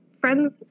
friends